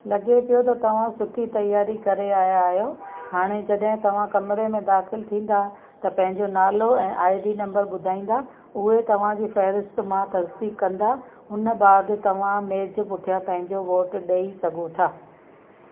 लॻे पियो त तव्हां सुठी तयारी करे आया आहियो हाणे जॾहिं तव्हां कमरे में दाखिलु थींदा त पंहिंजो नालो ऐं आई डी नंबर ॿुधाईंदा उहे तव्हां जी फ़हरिस्त मां तसदीकु कंदा हुन बैदि तव्हां मेज पुठियां पंहिंजो वोट ॾेई सघो था